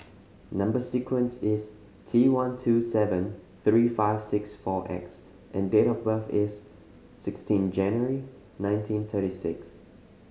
number sequence is T one two seven three five six four X and date of birth is sixteen January nineteen thirty six